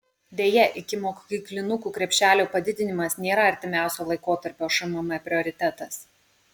deja ikimokyklinukų krepšelio padidinimas nėra artimiausio laikotarpio šmm prioritetas